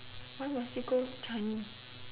why must we go changi